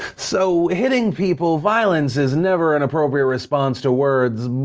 so hitting people, violence, is never an appropriate response to words,